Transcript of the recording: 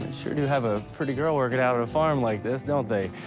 sure do have a pretty girl working out at a farm like this, don't they?